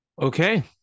Okay